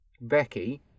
Becky